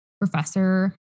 professor